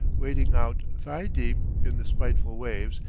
wading out thigh-deep in the spiteful waves,